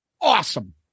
Awesome